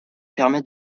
permet